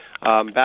back